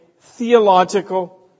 theological